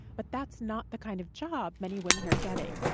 but that's not the kind of job many women are getting.